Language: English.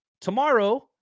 Tomorrow